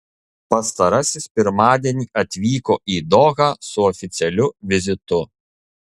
pastarasis pirmadienį atvyko į dohą su oficialiu vizitu